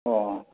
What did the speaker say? ꯑꯣ